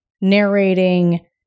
narrating-